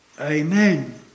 Amen